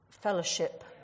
Fellowship